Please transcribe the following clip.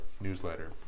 newsletter